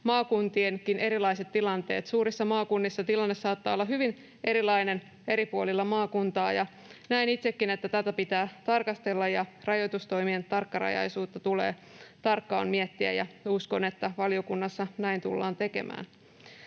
maakuntienkin erilaiset tilanteet. Suurissa maakunnissa tilanne saattaa olla hyvin erilainen eri puolilla maakuntaa, ja näen itsekin, että tätä pitää tarkastella ja rajoitustoimien tarkkarajaisuutta tulee tarkkaan miettiä, ja uskon, että valiokunnassa näin tullaan tekemään.